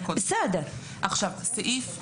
סעיף 3א,